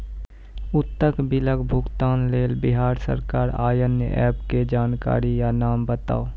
उक्त बिलक भुगतानक लेल बिहार सरकारक आअन्य एप के जानकारी या नाम बताऊ?